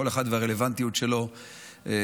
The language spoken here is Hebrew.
כל אחד והרלוונטיות שלו לעניין.